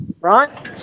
right